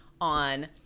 on –